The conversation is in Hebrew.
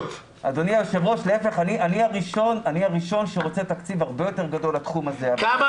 וזה יהיה תהליך שאם תקדם אותו הוא